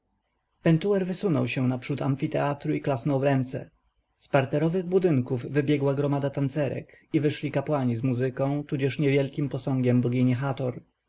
pentuer wysunął się na przód amfiteatru i klasnął w ręce z parterowych budynków wybiegła gromada tancerek i wyszli kapłani z muzyką tudzież niewielkim posągiem bogini hator